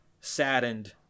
saddened